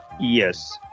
yes